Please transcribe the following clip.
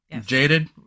jaded